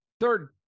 Third